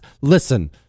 Listen